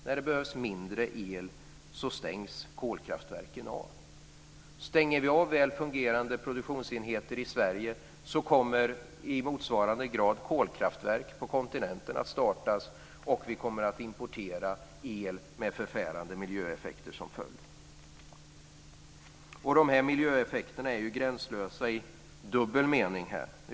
När det behövs mindre el stängs kolkraftverken av. Sverige, kommer motsvarande kolkraftverk på kontinenten att startas, och vi kommer att importera el med förfärande miljöeffekter som följd. De här miljöeffekterna är ju gränslösa i dubbel mening.